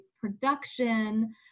production